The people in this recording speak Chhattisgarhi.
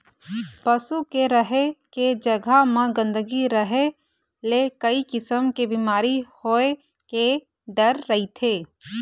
पशु के रहें के जघा म गंदगी रहे ले कइ किसम के बिमारी होए के डर रहिथे